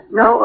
no